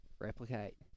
replicate